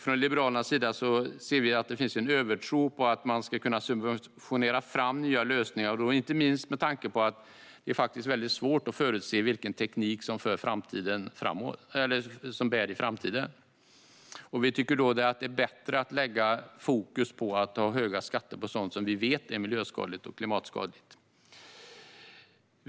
Från Liberalernas sida anser vi att det finns en övertro på att man ska kunna subventionera fram nya lösningar, inte minst med tanke på att det faktiskt är väldigt svårt att förutse vilken teknik som bär i framtiden. Vi tycker därför att det är bättre att lägga fokus på att ha höga skatter på sådant som vi vet är miljö och klimatskadligt.